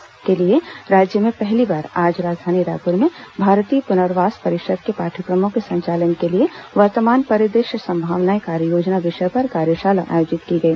इसके लिए राज्य में पहली बार आज राजधानी रायपुर में भारतीय पुनर्वास परिषद के पाठयक्रमों के संचालन के लिए वर्तमान परिदृश्य संभावनाएं कार्ययोजना विषय पर कार्यशाला आयोजित की गई